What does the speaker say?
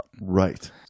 Right